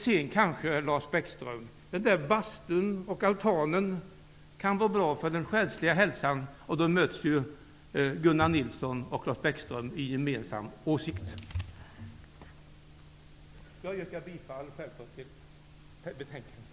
Den här bastun och altanen kanske kan vara bra för den själsliga hälsan, Lars Bäckström. I så fall möts ju Lars Bäckström och Gunnar Nilsson i en gemensam åsikt. Jag yrkar bifall till utskottets hemställan.